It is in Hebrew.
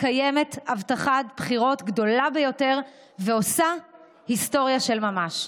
מקיימת הבטחת בחירות גדולה ביותר ועושה היסטוריה של ממש.